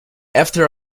after